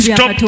Stop